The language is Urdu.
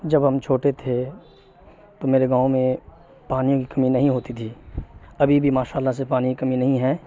جب ہم چھوٹے تھے تو میرے گاؤں میں پانی کی کمی نہیں ہوتی تھی ابھی بھی ماشاء اللہ سے پانی کی کمی نہیں ہے